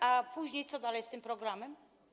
A później: co dalej z tym programem?